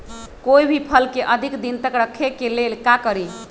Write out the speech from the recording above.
कोई भी फल के अधिक दिन तक रखे के ले ल का करी?